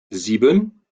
sieben